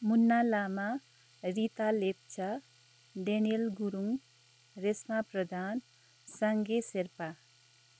Munna Lama Rita Lepcha Daniel Gurung Reshma Pradhan Sange Sherpa